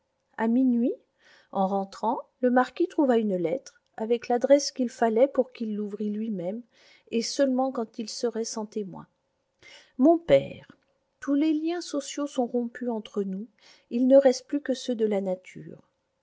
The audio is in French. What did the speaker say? a minuit en rentrant le marquis trouva une lettre avec l'adresse qu'il fallait pour qu'il l'ouvrît lui-même et seulement quand il serait sans témoins mon père tous les liens sociaux sont rompus entre nous il ne reste plus que ceux de la nature